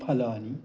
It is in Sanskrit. फलानि